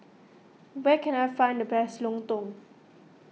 where can I find the best Lontong